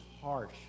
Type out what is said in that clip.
harsh